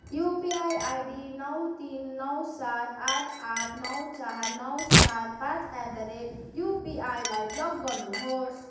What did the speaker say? UPI ID नौ तिन नौ सात आठ आठ नौ चार नौ सात पाँच एट द रेट युपिआईलाई ब्लक गर्नुहोस्